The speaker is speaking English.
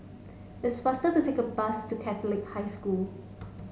it's faster to take a bus to Catholic High School